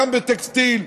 גם בטקסטיל,